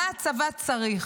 מה הצבא צריך,